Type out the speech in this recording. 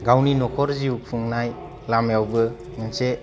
गावनि न'खर जिउ खुंनाय लामायावबो मोनसे